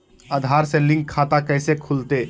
आधार से लिंक खाता कैसे खुलते?